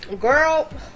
Girl